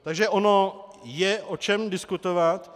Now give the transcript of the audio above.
Takže ono je o čem diskutovat.